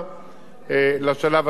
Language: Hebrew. זה שיקול הדעת המקצועי,